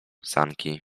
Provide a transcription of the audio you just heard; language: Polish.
sanki